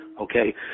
okay